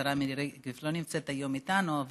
השרה מירי רגב פשוט לא נמצאת איתנו היום,